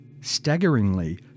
Staggeringly